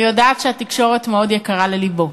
אני יודעת שהתקשורת מאוד יקרה ללבו,